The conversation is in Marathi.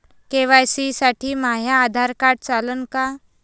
के.वाय.सी साठी माह्य आधार कार्ड चालन का?